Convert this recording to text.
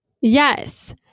yes